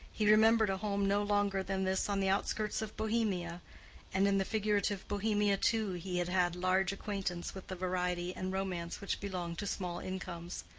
he remembered a home no longer than this on the outskirts of bohemia and in the figurative bohemia too he had had large acquaintance with the variety and romance which belong to small incomes.